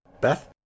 Beth